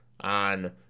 on